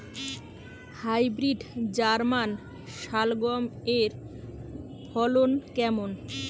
Hybrid German শালগম এর ফলন কেমন?